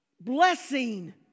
Blessing